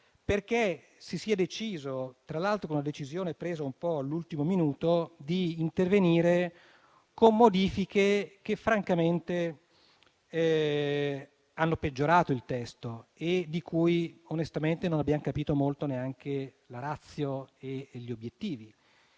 Senato si sia deciso - tra l'altro con una decisione presa all'ultimo minuto - di intervenire con modifiche che francamente hanno peggiorato il testo e di cui, onestamente, non abbiamo capito molto neanche la *ratio* e gli obiettivi.